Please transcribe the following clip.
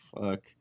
Fuck